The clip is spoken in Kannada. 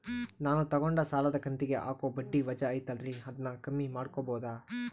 ನಾನು ತಗೊಂಡ ಸಾಲದ ಕಂತಿಗೆ ಹಾಕೋ ಬಡ್ಡಿ ವಜಾ ಐತಲ್ರಿ ಅದನ್ನ ಕಮ್ಮಿ ಮಾಡಕೋಬಹುದಾ?